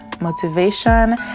motivation